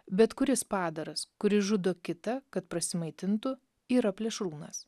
bet kuris padaras kuris žudo kitą kad prasimaitintų yra plėšrūnas